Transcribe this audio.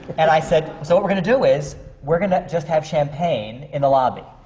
and i said, so what we're going to do is, we're going to just have champagne in the lobby.